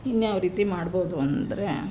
ಇನ್ಯಾವ ರೀತಿ ಮಾಡ್ಬೋದು ಅಂದರೆ